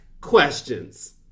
questions